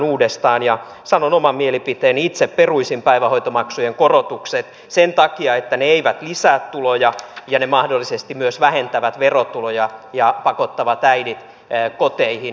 ja sanon oman mielipiteeni eli itse peruisin päivähoitomaksujen korotuksen sen takia että ne eivät lisää tuloja ja ne mahdollisesti myös vähentävät verotuloja ja pakottavat äidit koteihin